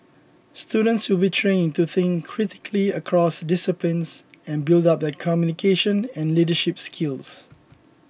students will be trained to think critically across disciplines and build up their communication and leadership skills